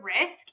risk